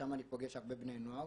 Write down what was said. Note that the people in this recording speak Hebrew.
ששם אני פוגש הרבה בני נוער,